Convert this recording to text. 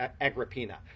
Agrippina